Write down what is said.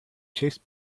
chased